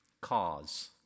cause